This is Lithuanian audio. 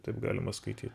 taip galima skaityt